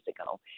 ago